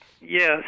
Yes